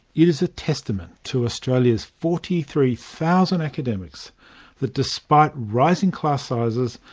it is a testament to australia's forty three thousand academics that despite rising class sizes,